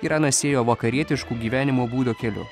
iranas ėjo vakarietišku gyvenimo būdo keliu